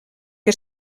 que